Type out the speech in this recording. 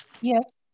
Yes